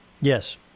Yes